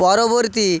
পরবর্তী